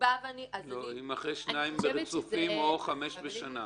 אחרי שניים רצופים או חמישה בשנה.